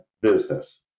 business